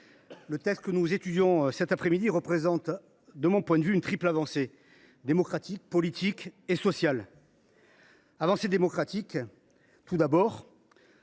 les textes que nous étudions cet après midi représentent, de mon point de vue, une triple avancée : démocratique, politique et sociale. Avancée démocratique, tout d’abord,